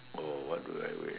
oh what do I wish